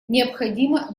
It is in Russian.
необходимо